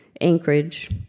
Anchorage